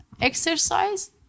exercise